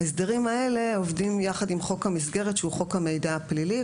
ההסדרים האלה עובדים יחד עם חוק המסגרת שהוא חוק המידע הפלילי,